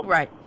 Right